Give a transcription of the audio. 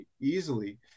easily